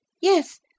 Yes